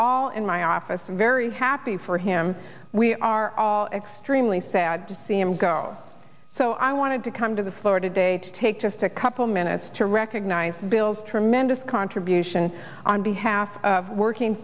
in my office i'm very happy for him we are all extremely sad to see him go so i wanted to come to the floor today to take just a couple minutes to recognize bill's tremendous contribution on behalf of working